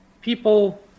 people